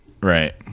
Right